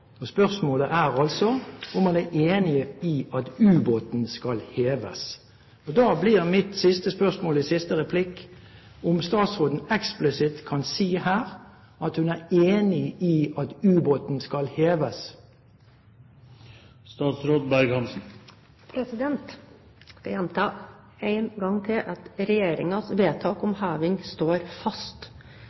spørsmålet er altså om man er enig i at ubåten skal heves. Da blir mitt siste spørsmål i siste replikk om statsråden eksplisitt kan si her at hun er enig i at ubåten skal heves. Jeg skal gjenta én gang til at regjeringens vedtak om heving står fast.